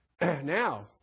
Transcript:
now